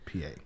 PA